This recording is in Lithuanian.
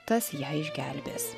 tas ją išgelbės